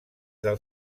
del